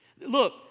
Look